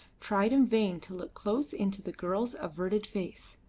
tried in vain to look close into the girl's averted face.